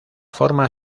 forma